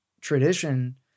tradition